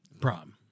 prom